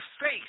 face